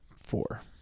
four